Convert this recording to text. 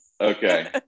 Okay